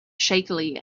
shakily